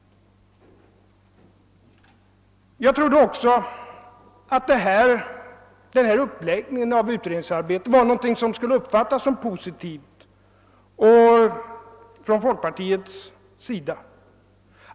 Jag trodde också att denna uppläggning av utredningsarbetet var något som skulle uppfattas som positivt från folkpartiets sida.